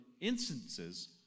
instances